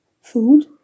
food